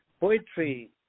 poetry